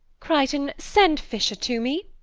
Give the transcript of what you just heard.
crichton, send fisher to me.